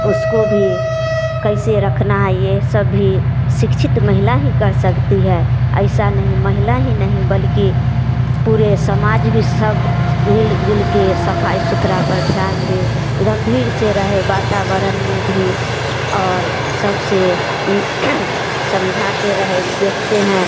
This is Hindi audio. उसको भी कैसे रखना है ये सब भी शिक्षित महिला ही कर सकती है ऐसा नहीं महिला भी नहीं बल्कि पूरे समाज भी सब मिलजुल के सफाई सुथरा पर ध्यान दे गंभीर से रहें वातावरण में भी और सबसे समझा के रहे देखते हैं